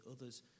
others